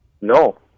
No